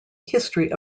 history